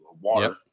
water